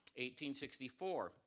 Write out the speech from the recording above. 1864